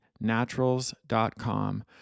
naturals.com